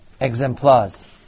exemplars